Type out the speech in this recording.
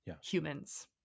humans